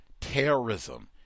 terrorism